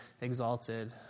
exalted